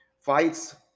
fights